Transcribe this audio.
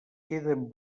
queden